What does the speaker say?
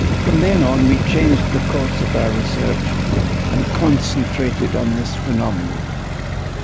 from then on, we changed the course of our research and concentrated on this phenomenon.